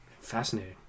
Fascinating